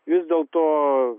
vis dėlto